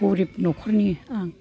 गोरिब नखरनि आं